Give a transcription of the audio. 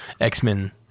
X-Men